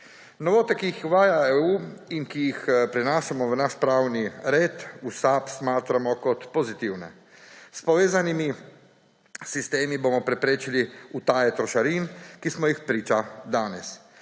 Novote, ki jih uvaja EU in ki jih prenašamo v naš pravni red, v SAB smatramo kot pozitivne. S povezanimi sistemi bomo preprečili utaje trošarin, ki smo jim priča danes.